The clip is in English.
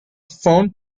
found